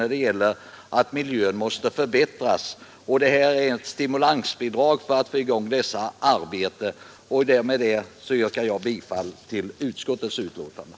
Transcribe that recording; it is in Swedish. Vi anser alla att miljön måste förbättras, och det här är ett stimulansbidrag för att få i gång dessa arbeten. Med det anförda yrkar jag bifall till utskottets hemställan.